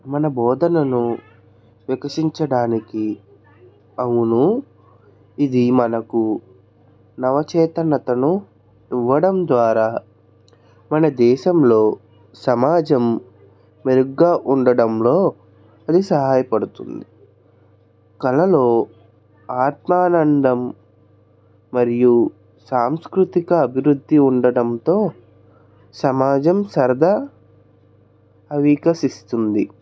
మన బోధనను వికసించడానికి అవును ఇది మనకు నవ చైతన్యతను ఇవ్వడం ద్వారా మన దేశంలో సమాజం మెరుగ్గా ఉండడంలో అది సహాయపడుతుంది కళలో ఆత్మానందం మరియు సాంస్కృతిక అభివృద్ధి ఉండడంతో సమాజం సరదా అ వికసిస్తుంది